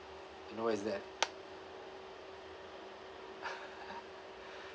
you know where is that